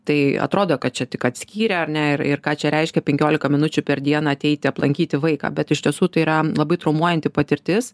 tai atrodo kad čia tik atskyrė ar ne ir ir ką čia reiškia penkiolika minučių per dieną ateiti aplankyti vaiką bet iš tiesų tai yra labai traumuojanti patirtis